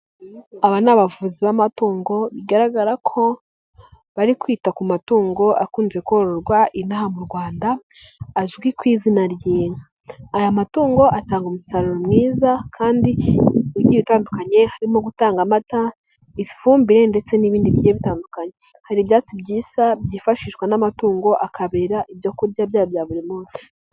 Aba ni abavuzi b'amatungo bigaragara ko bari kwita ku matungo akunze kororwa inaha mu Rwanda azwi ku izina ry'inka, aya matungo atanga umusaruro mwiza kandi ugiye utandukanye, harimo gutanga amata, ifumbire ndetse n'ibindi bitandukanye, hari ibyatsi byiza byifashishwa n'amatungo, bikayabera ibyoku kurya bya buri munsi.